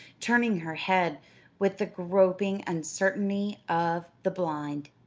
turning her head with the groping uncertainty of the blind.